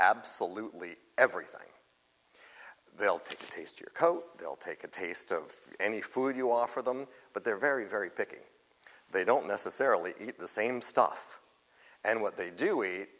absolutely everything they'll taste your coat they'll take a taste of any food you offer them but they're very very picky they don't necessarily eat the same stuff and what they do